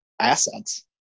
assets